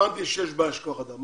הבנתי שיש בעיה של כוח-אדם.